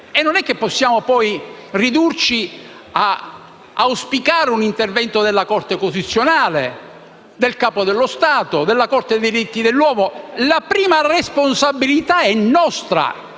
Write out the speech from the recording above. Non possiamo poi ridurci ad auspicare un intervento della Corte costituzionale, del Capo dello Stato o della Corte dei diritti dell'uomo. La prima responsabilità è nostra,